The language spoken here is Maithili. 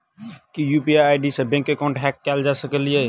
की यु.पी.आई आई.डी सऽ बैंक एकाउंट हैक कैल जा सकलिये?